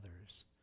others